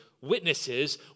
witnesses